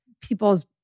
people's